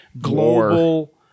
global